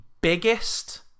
biggest